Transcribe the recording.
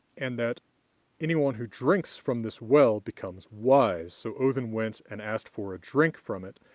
and that anyone who drinks from this well becomes wise, so odinn went and asked for a drink from it,